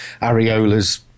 areolas